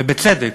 ובצדק,